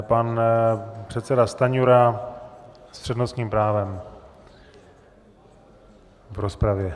Pan předseda Stanjura s přednostním právem v rozpravě.